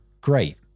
Great